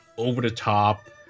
over-the-top